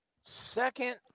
Second